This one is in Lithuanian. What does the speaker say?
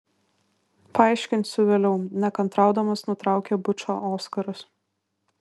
paaiškinsiu vėliau nekantraudamas nutraukė bučą oskaras